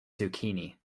zucchini